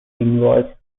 involves